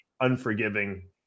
unforgiving